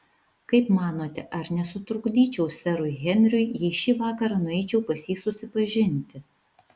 kaip manote ar nesutrukdyčiau serui henriui jei šį vakarą nueičiau pas jį susipažinti